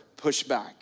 pushback